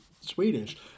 Swedish